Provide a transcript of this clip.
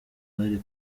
bari